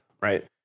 Right